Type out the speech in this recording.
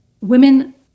Women